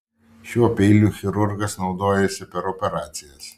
šiuo peiliu chirurgas naudojosi per operacijas